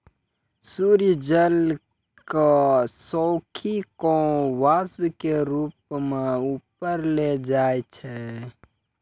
सूर्य जल क सोखी कॅ वाष्प के रूप म ऊपर ले जाय छै